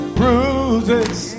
bruises